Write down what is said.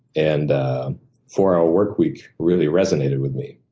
and four hour work week really resonated with me.